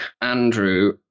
Andrew